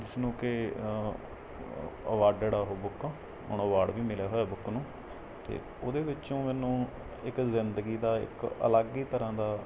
ਜਿਸਨੂੰ ਕਿ ਅਵਾਰਡਡ ਹੈ ਉਹ ਬੁੱਕ ਉਹਨੂੰ ਅਵਾਰਡ ਵੀ ਮਿਲਿਆ ਹੋਇਆ ਬੁੱਕ ਨੂੰ ਅਤੇ ਉਹਦੇ ਵਿੱਚੋਂ ਮੈਨੂੰ ਇੱਕ ਜ਼ਿੰਦਗੀ ਦਾ ਇੱਕ ਅਲੱਗ ਹੀ ਤਰ੍ਹਾਂ ਦਾ